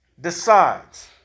decides